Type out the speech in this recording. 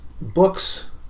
books